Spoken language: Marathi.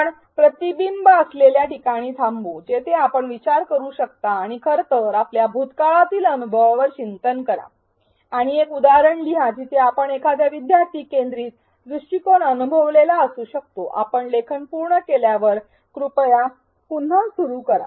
आपण प्रतिबिंब असलेल्या ठिकाणी थांबू जेथे आपण विचार करू शकता आणि खरं तर आपल्या भूतकाळातील अनुभवावर चिंतन करा आणि एक उदाहरण लिहा जिथे आपण एखादा विद्यार्थी केंद्रित दृष्टीकोन अनुभवलेला असू शकतो आपण लेखन पूर्ण केल्यावर कृपया पुन्हा सुरू करा